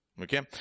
Okay